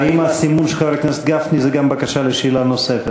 האם הסימון של חבר הכנסת גפני הוא גם בקשה לשאלה נוספת?